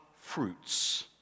fruits